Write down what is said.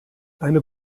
eine